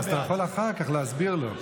אז אתה יכול אחר כך להסביר לו.